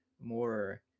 more